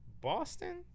Boston